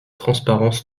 transparence